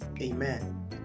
Amen